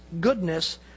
goodness